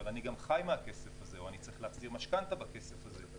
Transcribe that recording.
אבל אני גם חי מהכסף הזה או אני צריך להחזיר משכנתא בכסף הזה.